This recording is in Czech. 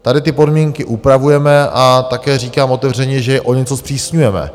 Tady ty podmínky upravujeme a také říkám otevřeně, že je o něco zpřísňujeme.